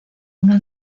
una